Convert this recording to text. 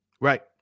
right